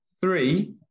three